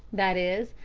that is,